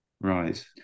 Right